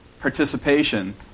participation